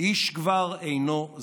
איש כבר אינו זוכר.